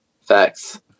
Facts